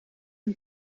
een